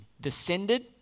descended